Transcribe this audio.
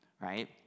right